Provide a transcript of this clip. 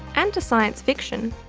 and to science fiction.